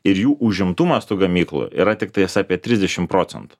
ir jų užimtumas tų gamyklų yra tiktais apie trisdešimt procentų